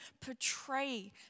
portray